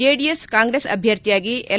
JDS Congress ಅಭ್ಯರ್ಥಿಯಾಗಿ L